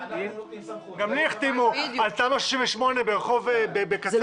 גם אותי החתימו על תמ"א 38. זה לא